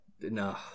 no